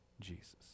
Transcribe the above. Jesus